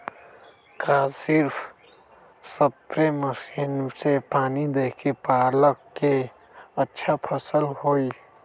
का सिर्फ spray machine से पानी देके पालक के अच्छा फसल होई?